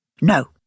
No